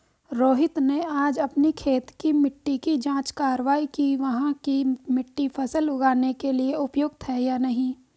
रोहित ने आज अपनी खेत की मिट्टी की जाँच कारवाई कि वहाँ की मिट्टी फसल उगाने के लिए उपयुक्त है या नहीं